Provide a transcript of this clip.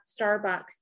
Starbucks